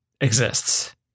exists